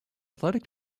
athletic